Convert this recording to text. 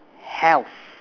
health